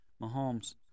Mahomes